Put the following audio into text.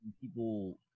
people